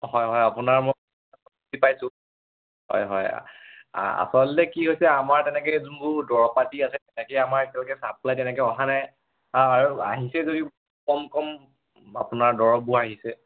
হয় হয় আপোনাৰ মই বুজি পাইছোঁ হয় হয় আচলতে কি হৈছে আমাৰ তেনেকৈ যোনবোৰ দৰৱ পাতি আছে তেনেকৈ আমাৰ এতিয়ালৈকে চাপ্লাই তেনেকৈ অহা নাই আৰু আহিছে যদিও কম কম আপোনাৰ দৰৱবোৰ আহিছে